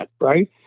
right